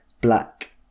black